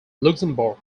luxembourg